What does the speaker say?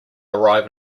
arrive